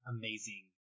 amazing